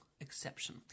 exception